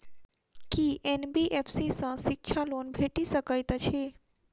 की NBFC सँ शिक्षा loan भेटि सकैत अछि?